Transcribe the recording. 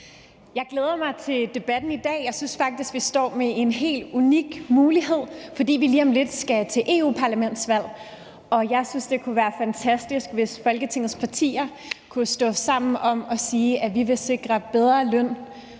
Jeg glæder mig til debatten i dag. Jeg synes faktisk, at vi står med en helt unik mulighed, fordi vi lige om lidt skal til europaparlamentsvalg. Jeg synes, det kunne være fantastisk, hvis Folketingets partier kunne stå sammen om at sige, at vi vil sikre bedre løn-